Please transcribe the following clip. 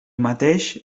mateix